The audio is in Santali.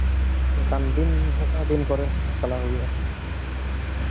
ᱚᱱᱠᱟᱱ ᱫᱤᱱ ᱚᱠᱟ ᱫᱤᱱ ᱠᱚᱨᱮᱜ ᱪᱟᱞᱟᱜ ᱦᱩᱭᱩᱜᱼᱟ